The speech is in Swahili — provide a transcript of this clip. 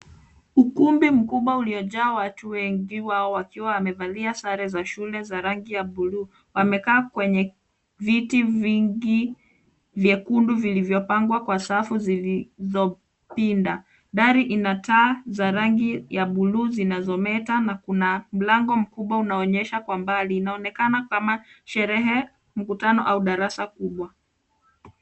Ukumbi mkubwa uliojaa watu wengi wakiwa wamevalia sare za shule za rangi ya buluu wamekaa kwenye viti vingi vyekundu vilivyopangwa kwa safu zilivyopinda. Dari ina taa za rangi ya buluu zinazometa na kuna mlango mkubwa unaonyesha kwa mbali na unaonekana kama sherehe, mkutano au darasa kubwa.